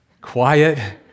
quiet